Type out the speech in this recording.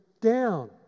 down